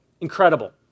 incredible